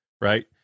right